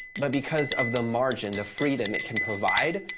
but because of the margin, the freedom it can provide,